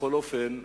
בכל אופן,